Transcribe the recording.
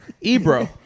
Ebro